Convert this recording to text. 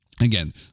Again